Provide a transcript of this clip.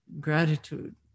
gratitude